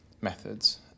methods